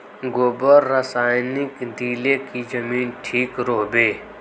गोबर रासायनिक दिले की जमीन ठिक रोहबे?